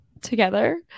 together